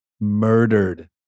murdered